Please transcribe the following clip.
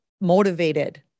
motivated